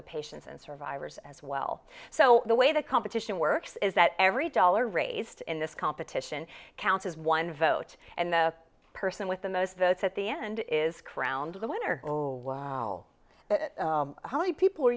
the patients and survivors as well so the way the competition works is that every dollar raised in this competition counts as one vote and the person with the most votes at the end is crowned the winner oh wow how many people are